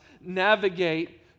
navigate